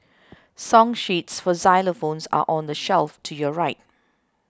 song sheets for xylophones are on the shelf to your right